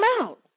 out